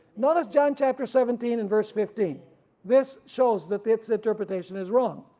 notice john chapter seventeen and verse fifteen this shows that this interpretation is wrong.